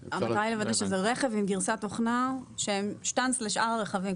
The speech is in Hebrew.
רכב עם גרסת תוכנה שהוא שטנץ לכל הרכבים.